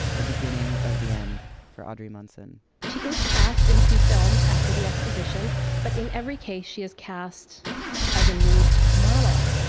the beginning of the end for audrey munson she is cast in a few films after the exposition but in every case she was cast as a nude model.